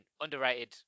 underrated